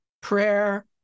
prayer